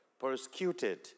Persecuted